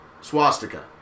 swastika